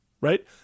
right